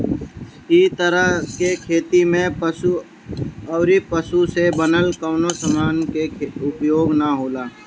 इ तरह के खेती में पशु अउरी पशु से बनल कवनो समान के उपयोग ना होला